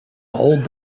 old